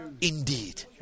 indeed